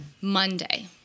Monday